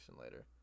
later